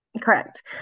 correct